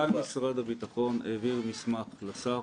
מנכ"ל משרד הביטחון העביר מסמך לשר